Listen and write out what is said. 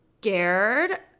scared